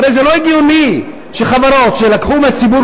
הרי זה לא הגיוני שחברות שלקחו מהציבור